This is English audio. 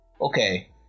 Okay